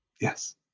Yes